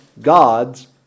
God's